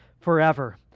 forever